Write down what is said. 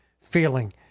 feeling